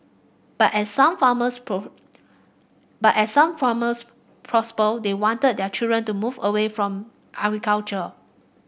but as some farmers but as some farmers they wanted their children to move away from agriculture